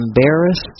embarrassed